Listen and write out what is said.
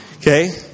Okay